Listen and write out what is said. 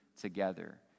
together